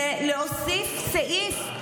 זה להוסיף סעיף,